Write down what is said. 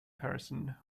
person